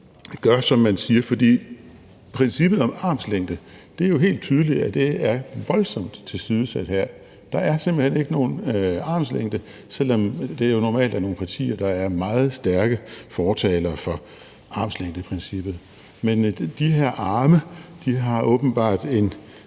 gør, som de gør, for princippet om armslængde er helt tydeligt voldsomt tilsidesat her. Der er simpelt hen ikke nogen armslængde, selv om det normalt er nogle partier, der er meget stærke fortalere for armslængdeprincippet. Men de her arme har åbenbart en